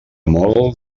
molt